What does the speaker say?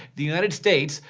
the united states,